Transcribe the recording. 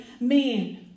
man